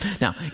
Now